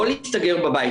לא להסתגר בבית.